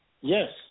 Yes